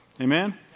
Amen